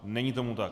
Není tomu tak.